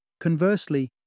Conversely